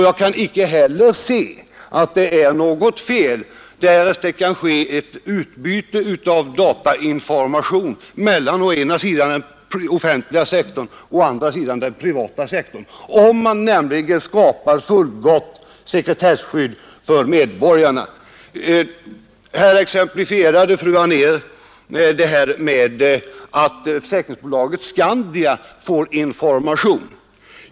Jag kan inte heller se att det är nägot fel om det kan ske ett utbyte av datainformation mellan å ena sidan den offentliga sektorn, å andra sidan den privata sektorn, om man nämligen skapar fullgott sekretesskydd för medborgarna. Fru Anér exemplifierade med att Försäkringsaktiebolaget Skandia får information.